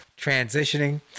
transitioning